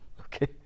okay